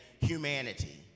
humanity